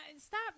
stop